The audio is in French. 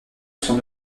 son